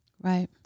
Right